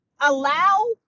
allow